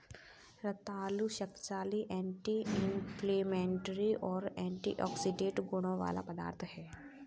रतालू शक्तिशाली anti inflammatory और एंटीऑक्सीडेंट गुणों वाला पदार्थ है